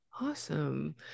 Awesome